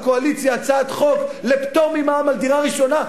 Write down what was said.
על הצעת חוק לפטור ממע"מ על דירה ראשונה.